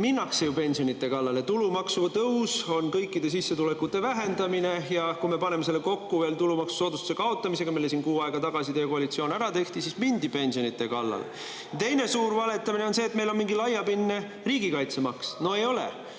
minnakse ju pensionide kallale. Tulumaksu tõus on kõikide sissetulekute vähendamine ja kui me paneme selle kokku veel tulumaksusoodustuse kaotamisega, mille kuu aega tagasi teie koalitsioon ära tegi, siis [näeme, et] mindi ju pensionide kallale. Teine suur vale on see, et meil on mingi laiapindne riigikaitsemaks. No ei ole!